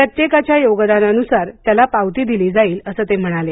प्रत्येकाच्या योगदानानुसार त्याला पावती दिली जाईल असं ते म्हणाले